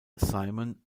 simon